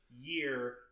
year